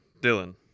Dylan